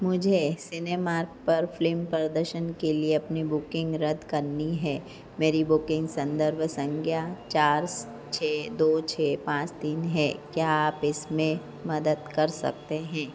मुझे सिनेमार्क पर फ़िल्म प्रदर्शन के लिए अपनी बुकिन्ग रद्द करनी है मेरी बुकिन्ग सन्दर्भ सँख्या चार छह दो छह पाँच तीन है क्या आप इसमें मदद कर सकते हैं